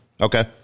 Okay